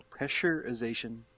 pressurization